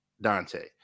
Dante